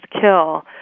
kill